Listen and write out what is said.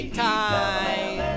time